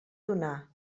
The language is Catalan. donar